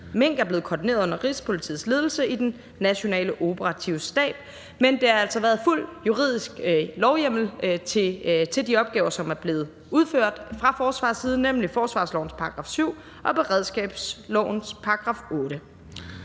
mink er blevet koordineret under Rigspolitiets ledelse i den nationale operative stab, men der har altså været fuld juridisk lovhjemmel til de opgaver, som er blevet udført fra forsvarets side, nemlig forsvarslovens § 7 og beredskabslovens § 8.